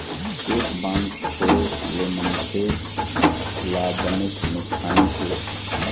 cheque bounce होए ले मनखे ल बनेच नुकसानी हे